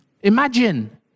imagine